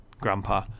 Grandpa